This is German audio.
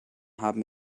haben